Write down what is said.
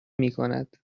میکند